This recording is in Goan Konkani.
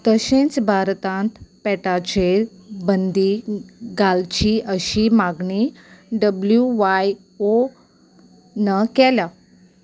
तशेंच भारतांत पेटाचेर बंदी घालची अशी मागणी डब्ल्यू व्हाय ओन केल्या